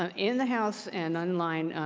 um in the house and online,